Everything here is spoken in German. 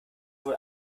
wohl